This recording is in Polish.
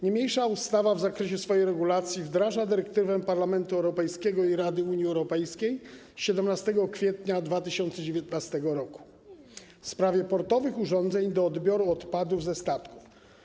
Niniejsza ustawa w zakresie swojej regulacji wdraża dyrektywę Parlamentu Europejskiego i Rady Unii Europejskiej z 17 kwietnia 2019 r. w sprawie portowych urządzeń do odbioru odpadów ze statków.